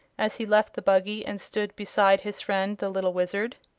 as he left the buggy and stood beside his friend the little wizard.